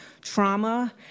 trauma